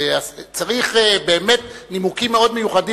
וצריך באמת נימוקים מאוד מיוחדים,